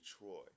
Troy